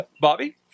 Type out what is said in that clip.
Bobby